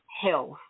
health